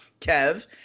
Kev